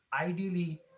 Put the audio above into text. ideally